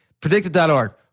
predicted.org